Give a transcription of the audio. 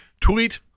Tweet